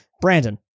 Brandon